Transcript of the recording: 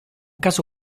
caso